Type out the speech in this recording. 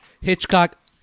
Hitchcock